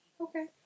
Okay